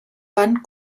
van